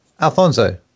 Alfonso